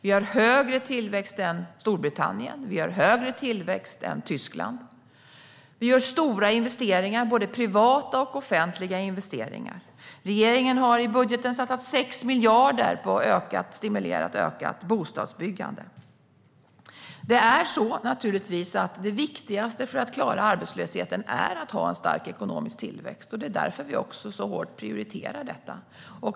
Vi har högre tillväxt än Storbritannien. Vi har högre tillväxt än Tyskland. Vi gör stora investeringar, både privata och offentliga. Regeringen har i budgeten satsat 6 miljarder på att stimulera ett ökat bostadsbyggande. Det viktigaste för att klara arbetslösheten är att ha en stark ekonomisk tillväxt, och det är också därför vi så hårt prioriterar detta.